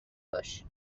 باش